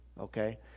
Okay